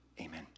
amen